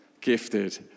gifted